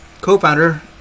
co-founder